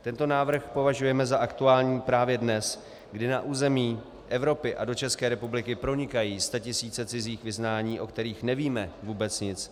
Tento návrh považujeme za aktuální právě dnes, kdy na území Evropy a do České republiky pronikají statisíce cizích vyznání, o kterých nevíme vůbec nic.